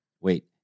wait